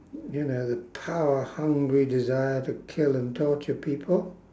you know the power hungry desire to kill and torture people